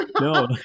No